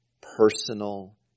personal